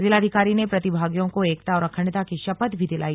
जिलाधिकारी ने प्रतिभागियों को एकता और अखंडता की शपथ भी दिलाई